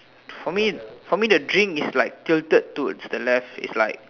for me for me the drink is like tilted towards the left is like